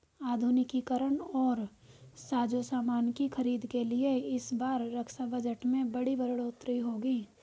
आधुनिकीकरण और साजोसामान की खरीद के लिए इस बार रक्षा बजट में बड़ी बढ़ोतरी होगी